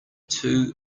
two